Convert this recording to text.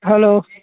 hello